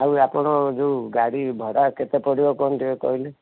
ଆଉ ଆପଣ ଯେଉଁ ଗାଡ଼ି ଭଡ଼ା କେତେ ପଡ଼ିବ କ'ଣ ଟିକେ କହିଲେ